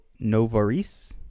Novaris